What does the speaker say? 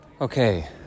Okay